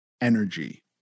energy